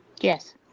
Yes